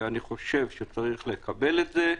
ואני חושב שצריך לקבל את זה.